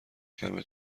کمه